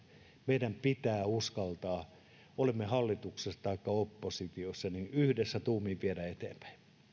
meidän pitää uskaltaa olemme hallituksessa taikka oppositiossa yhdessä tuumin viedä tätä eteenpäin